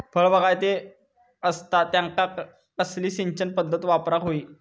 फळबागायती असता त्यांका कसली सिंचन पदधत वापराक होई?